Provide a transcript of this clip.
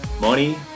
money